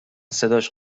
صداش